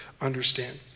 understand